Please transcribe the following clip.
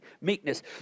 meekness